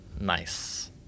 Nice